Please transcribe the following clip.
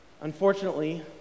Unfortunately